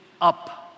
up